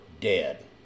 dead